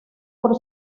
por